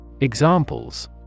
Examples